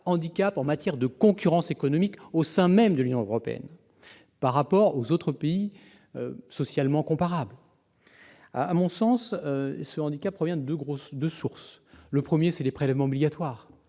handicap en matière de concurrence économique au sein même de l'Union européenne par rapport aux autres pays socialement comparables. À mon sens, ce handicap a deux causes. La première est le niveau des prélèvements obligatoires